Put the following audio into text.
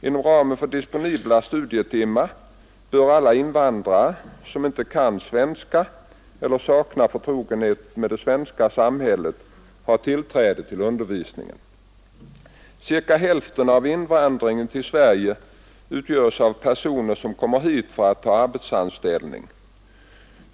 Inom ramen för disponibla studietimmar bör alla invandrare som inte kan svenska eller saknar förtrogenhet med det svenska samhället ha tillträde till undervisningen. Cirka hälften av invandringen till Sverige utgörs av personer som kommer hit för att ta arbetsanställning.